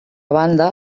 banda